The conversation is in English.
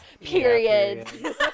Period